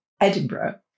Edinburgh